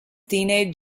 teenage